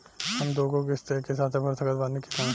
हम दु गो किश्त एके साथ भर सकत बानी की ना?